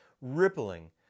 rippling